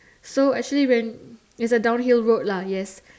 so actually when it's a downhill road lah yes